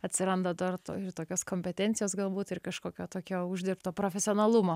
atsiranda to ir to ir tokios kompetencijos galbūt ir kažkokio tokio uždirbto profesionalumo